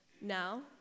Now